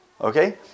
Okay